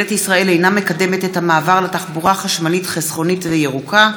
ישראל אינה מקדמת את המעבר לתחבורה חשמלית חסכונית וירוקה,